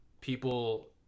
people